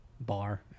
bar